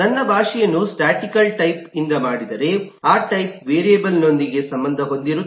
ನನ್ನ ಭಾಷೆಯನ್ನು statical type ಇಂದ ಮಾಡಿದರೆ ಆ ಟೈಪ್ ವೇರಿಯೇಬಲ್ನೊಂದಿಗೆ ಸಂಬಂಧ ಹೊಂದಿರುತ್ತದೆ